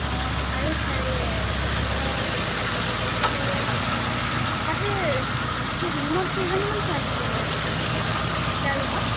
অঁ অঁ আৰু হেৰি কি কয় সেই তাতে ৰূমত কেইজনীমান ছোৱালী দিয়ে বাৰু এটা ৰূমত